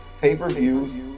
pay-per-views